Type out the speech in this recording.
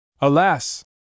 Alas